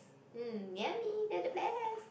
mm yummy they're the best